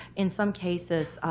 in some cases,